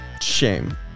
shame